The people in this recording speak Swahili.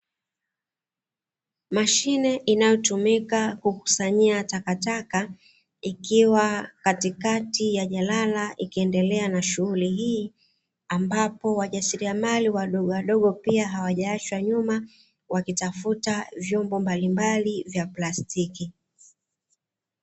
Mashine inayotumika kukusanyia takataka, ikiwa katikati ya jalala ikiendelea na shughuli hii ambapo wajasiriamali wadogo pia hawajaachwa nyuma, wakitafuta vyombo mbalimbali vya plastiki.